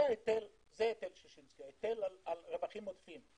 זה היטל ששינסקי, היטל על רווחים עודפים.